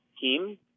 team